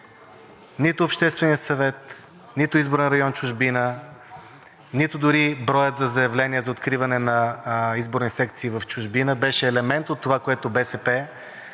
Нито Общественият съвет, нито изборен район „Чужбина“, нито дори броят заявления за откриване на изборни секции в чужбина беше елемент от това, което БСП